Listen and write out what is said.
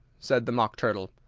said the mock turtle.